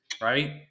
right